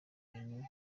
bintu